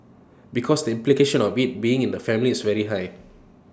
because the implication of being being in the family is very high